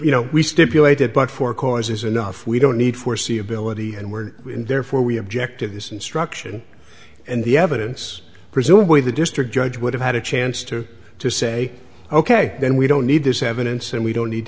you know we stipulated but for causes enough we don't need foreseeability and we're therefore we object to this instruction and the evidence presumably the district judge would have had a chance to to say ok then we don't need this evidence and we don't need